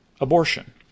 abortion